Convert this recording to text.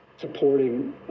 Supporting